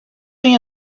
you